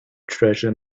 treasure